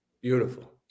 Beautiful